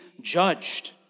judged